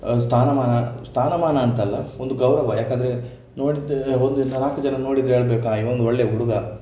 ಸ್ಥಾನಮಾನ ಸ್ಥಾನಮಾನ ಅಂತಲ್ಲ ಒಂದು ಗೌರವ ಯಾಕೆಂದರೆ ನೋಡಿದ ಒಂದು ನಾಲ್ಕು ಜನ ನೋಡಿದರೆ ಹೇಳಬೇಕು ಆ ಇವ ಒಂದು ಒಳ್ಳೆಯ ಹುಡುಗ